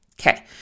Okay